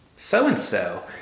so-and-so